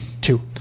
Two